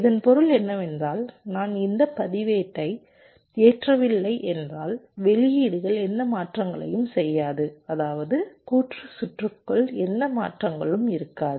இதன் பொருள் என்னவென்றால் நான் இந்த பதிவேட்டை ஏற்றவில்லை என்றால் வெளியீடுகள் எந்த மாற்றங்களையும் செய்யாது அதாவது கூட்டு சுற்றுக்குள் எந்த மாற்றங்களும் இருக்காது